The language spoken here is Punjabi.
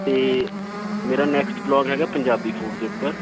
ਅਤੇ ਮੇਰਾ ਨੈਕਸਟ ਬਲੋਗ ਹੈਗਾ ਪੰਜਾਬੀ ਫੂਡ ਦੇ ਉੱਪਰ